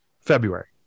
February